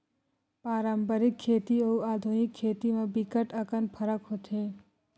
पारंपरिक खेती अउ आधुनिक खेती म बिकट अकन फरक होथे